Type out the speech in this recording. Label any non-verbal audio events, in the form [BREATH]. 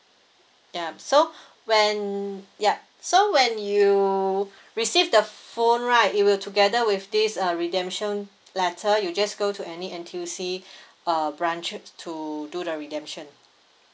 ya so [BREATH] when yup so when you receive the phone right it will together with this uh redemption letter you just go to any N_T_U_C [BREATH] uh branches to do the redemption